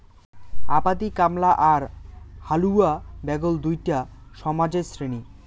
আবাদি কামলা আর হালুয়া ব্যাগল দুইটা সমাজের শ্রেণী